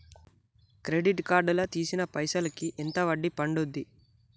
Credit card లా తీసిన పైసల్ కి ఎంత వడ్డీ పండుద్ధి?